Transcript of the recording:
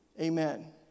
Amen